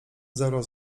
zero